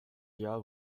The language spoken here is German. jahr